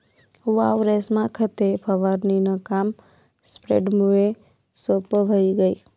वावरेस्मा खते फवारणीनं काम स्प्रेडरमुये सोप्पं व्हयी गय